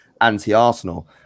anti-Arsenal